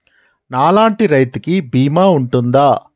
నా లాంటి రైతు కి బీమా ఉంటుందా?